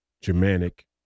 Germanic